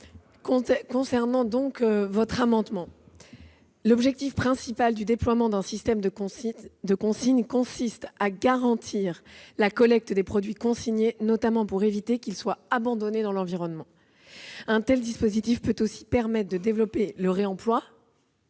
Concernant le présent amendement, l'objectif principal du déploiement d'un système de consigne consiste à garantir la collecte des produits consignés, notamment pour éviter qu'ils ne soient abandonnés dans l'environnement. Un tel dispositif peut aussi permettre de développer le réemploi